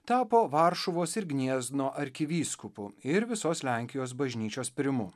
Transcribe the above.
tapo varšuvos ir gniezno arkivyskupu ir visos lenkijos bažnyčios primu